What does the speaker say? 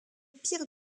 pierre